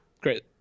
Great